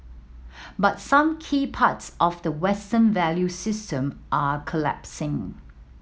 but some key parts of the Western value system are collapsing